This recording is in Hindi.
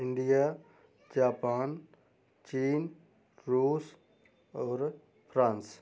इंडिया जापान चीन रूस और फ्रांस